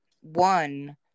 one